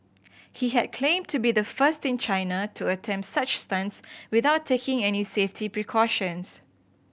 he had claimed to be the first in China to attempt such stunts without taking any safety precautions